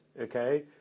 okay